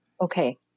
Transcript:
Okay